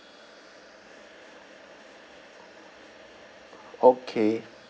okay